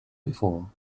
before